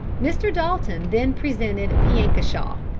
mr. dalton then presented piankashaw,